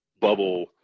bubble